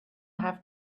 have